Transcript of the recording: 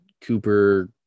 Cooper